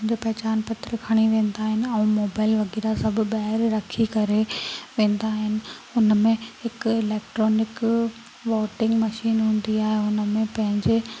पंहिंजो पहचान पत्र खणी वेंदा आहिनि ऐं मोबाइल वग़ैरह सभु ॿाहिरि रखी करे वेंदा आहिनि उन में हिकु इलेक्ट्रोनिक वॉटिंग मशीन हूंदी आहे उन में पंहिंजे